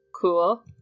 Cool